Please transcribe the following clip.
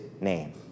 name